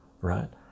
right